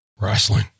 wrestling